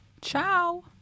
ciao